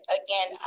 again